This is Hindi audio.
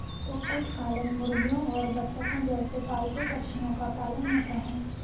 कुक्कुट पालन मुर्गियों और बत्तखों जैसे पालतू पक्षियों का पालन होता है